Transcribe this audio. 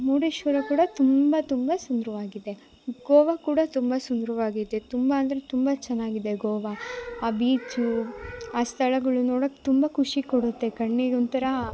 ಮುರುಡೇಶ್ವರ ಕೂಡ ತುಂಬ ತುಂಬ ಸುಂದರವಾಗಿದೆ ಗೋವಾ ಕೂಡ ತುಂಬ ಸುಂದರವಾಗಿದೆ ತುಂಬ ಅಂದರೆ ತುಂಬ ಚೆನ್ನಾಗಿದೆ ಗೋವ ಆ ಬೀಚು ಆ ಸ್ಥಳಗಳು ನೋಡೋಕೆ ತುಂಬ ಖುಷಿ ಕೊಡುತ್ತೆ ಕಣ್ಣಿಗೊಂಥರ